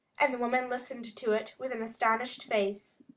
and the woman listened to it with an astonished face.